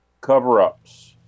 Cover-Ups